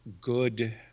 good